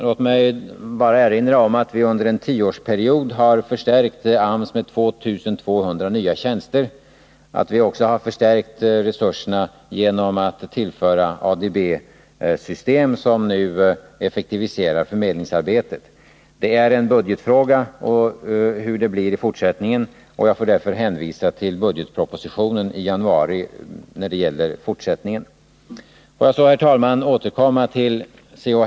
Låt mig bara erinra om att vi under en tioårsperiod har förstärkt AMS med 2 200 nya tjänster och att vi också har förstärkt resurserna genom att tillföra ADB-system, som nu effektiviserar förmedlingsarbetet. Medelstilldelningen är en budgetfråga, och jag får därför hänvisa till budgetpropositionen i januari när det gäller fortsättningen. Får jag så, herr talman, återkomma till C.-H.